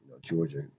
Georgia